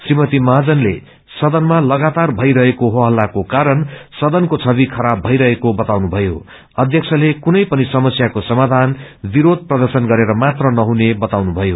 श्रीमती महाजनले सदनमा लागातार भईरहेको हो हल्लाको कारण सदनको छवि खराब भईरहेको बताउनुभयो अध्यक्षले कुनै पनि समस्याको समाधान विरोय प्रदशन गरेर ामात्र नहुने बताउनुभयो